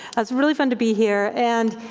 it's really fun to be here and